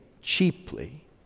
cheaply